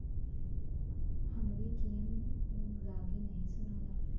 हमरे कियन रागी नही सुनाला